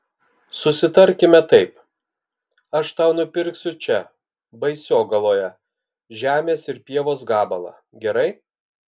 susitarkime taip aš tau nupirksiu čia baisogaloje žemės ir pievos gabalą gerai